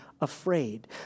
afraid